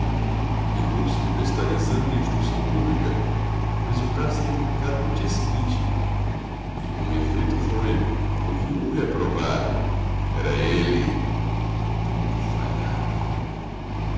lembrou-se de prestar exame na instrução pública o resultado seria publicado no dia seguinte e com efeito foi houve um reprovado era ele tudo falhava